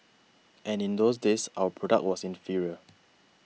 and in those days our product was inferior